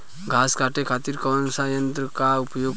घास काटे खातिर कौन सा यंत्र का उपयोग करें?